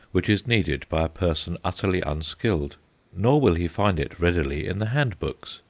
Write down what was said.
which is needed by a person utterly unskilled nor will he find it readily in the hand-books.